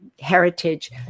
heritage